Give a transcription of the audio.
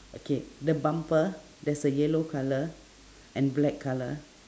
okay the bumper there's a yellow colour and black colour